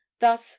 thus